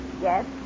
Yes